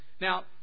Now